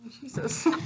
Jesus